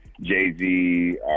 Jay-Z